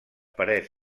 parets